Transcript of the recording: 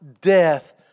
Death